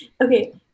okay